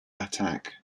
attack